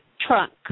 trunk